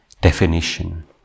definition